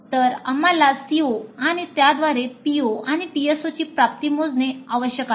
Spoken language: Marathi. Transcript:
तर आम्हाला CO आणि त्याद्वारे PO आणि PSOची प्राप्ती मोजणे आवश्यक आहे